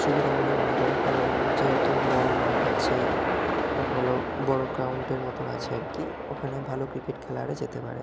সুবিধা বলে মনে করে কারণ যেহেতু বড়ো মাঠ আছে একটা ভালো বড়ো গ্রাউন্ডের মতন আছে আর কি ওখানে ভালো ক্রিকেট খেলা যেতে পারে